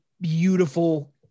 beautiful